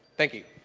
thank you.